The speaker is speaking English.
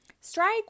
Strike